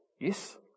Yes